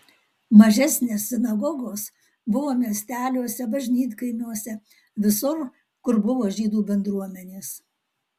mažesnės sinagogos buvo miesteliuose bažnytkaimiuose visur kur buvo žydų bendruomenės